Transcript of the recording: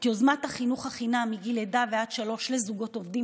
יוזמת החינוך חינם מגיל לידה ועד שלוש לזוגות עובדים